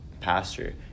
pastor